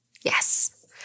Yes